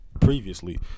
previously